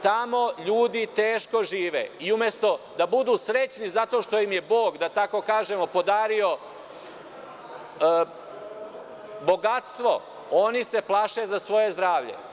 Tamo ljudi teško žive i umesto da budu srećni zato što im je Bog, da tako kažemo, podario bogatstvo, oni se plaše za svoje zdravlje.